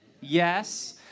Yes